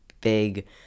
big